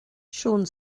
siôn